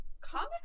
comics